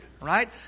right